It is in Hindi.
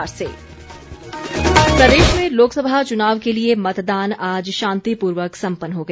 मतदान प्रतिशत प्रदेश में लोकसभा चुनाव के लिए मतदान आज शांतिपूर्वक सम्पन्न हो गया